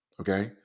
Okay